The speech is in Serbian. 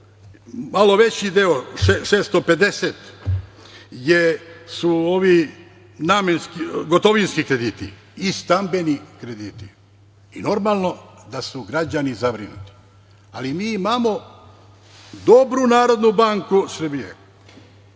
Malo veći deo, 650 su ovi gotovinski krediti, i stambeni krediti. I normalno je da su građani zabrinuti. Ali, mi imamo dobru Narodnu banku Srbije,